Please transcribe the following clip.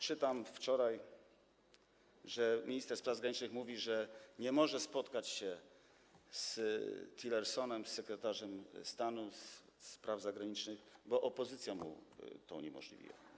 Czytałem wczoraj, że minister spraw zagranicznych mówi, że nie może spotkać się z Tillersonem, z sekretarzem stanu od spraw zagranicznych, bo opozycja mu to uniemożliwia.